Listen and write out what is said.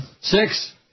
Six